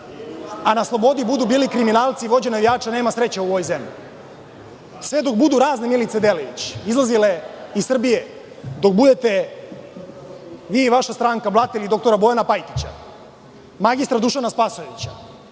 a na slobodi budu bili kriminalci i vođe navijača, nema sreće u ovoj zemlji, sve dok budu Milice Delević izlazile iz Srbije, dok budete vi i vaša stranka blatili dr Bojana Pajtića, mr Dušana Spasojevića,